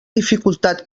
dificultat